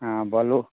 हँ बोलु